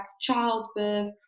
childbirth